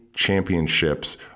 championships